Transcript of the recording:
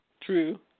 true